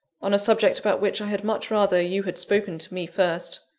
on a subject about which i had much rather you had spoken to me first.